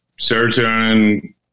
serotonin